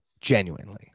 Genuinely